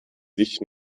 sich